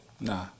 Nah